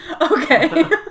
Okay